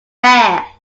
rare